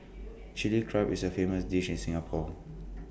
Chilli Crab is A famous dish in Singapore